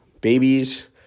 babies